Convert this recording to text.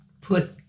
put